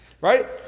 right